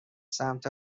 سمت